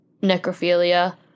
necrophilia